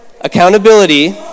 Accountability